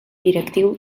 directiu